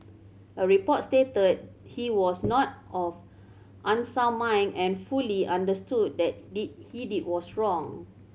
a report stated he was not of unsound mind and fully understood that he did was wrong